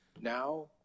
now